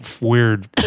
weird